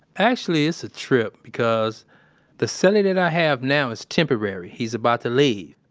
actually, it's a trip, because the so cellie that i have now is temporary. he's about to leave.